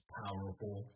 powerful